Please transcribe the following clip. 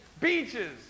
Beaches